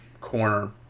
corner